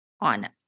on